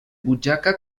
butxaca